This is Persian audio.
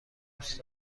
دوست